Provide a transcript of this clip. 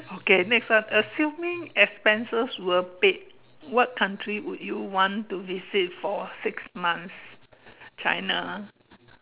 okay next one assuming expenses were paid what country would you want to visit for six months China ah